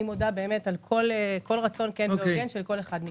אני מודה על כל רצון של כל אחד מכם.